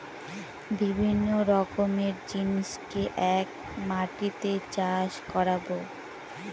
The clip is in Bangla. বিভিন্ন রকমের জিনিসকে এক মাটিতে চাষ করাবো